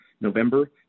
November